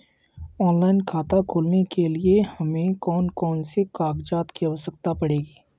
Online खाता खोलने के लिए हमें कौन कौन से कागजात की आवश्यकता पड़ेगी?